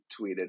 tweeted